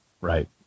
Right